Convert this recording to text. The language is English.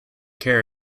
care